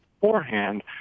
beforehand